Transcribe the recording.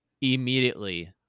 immediately